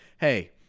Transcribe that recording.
Hey